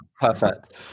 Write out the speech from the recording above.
perfect